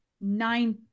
nine